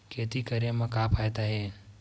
खेती करे म का फ़ायदा हे?